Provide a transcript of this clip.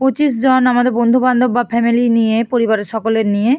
পঁচিশ জন আমাদের বন্ধুবান্ধব বা ফ্যামিলি নিয়ে পরিবারের সকলের নিয়ে